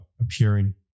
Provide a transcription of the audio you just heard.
appearing